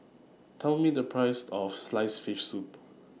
Tell Me The Price of Sliced Fish Soup